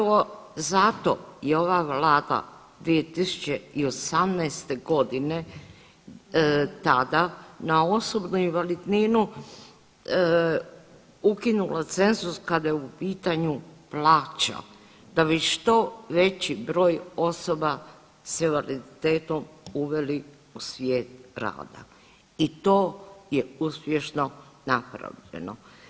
Vrlo, zato je ova vlada 2018. godine tada na osobnu invalidninu ukinula cenzus kada je u pitanju plaća da bi što veći broj osoba s invaliditetom uveli u svijet rada i to je uspješno napravljeno.